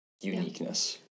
uniqueness